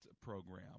program